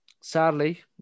Sadly